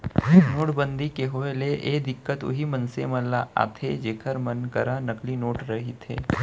नोटबंदी के होय ले ए दिक्कत उहीं मनसे मन ल आथे जेखर मन करा नकली नोट रहिथे